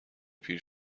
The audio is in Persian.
پیر